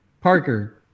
Parker